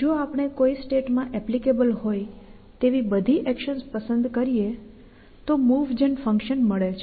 જો આપણે કોઈ સ્ટેટ માં એપ્લીકેબલ હોય તેવી બધી એક્શન્સ પસંદ કરીએ તો મુવ જેન ફંકશન મળે છે